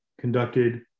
conducted